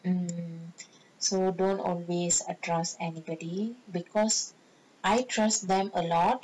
anyway so don't always trust anybody because I trust them a lot